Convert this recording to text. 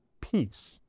peace